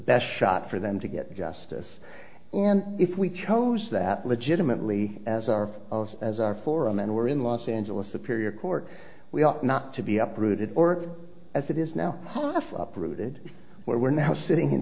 best shot for them to get justice and if we chose that legitimately as our as our forum and we're in los angeles superior court we ought not to be uprooted or as it is now half uprooted where we're now sitting in